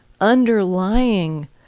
underlying